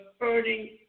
earning